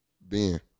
Ben